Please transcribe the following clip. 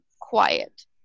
quiet